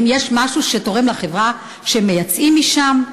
האם יש משהו שתורם לחברה שהם מייצאים משם?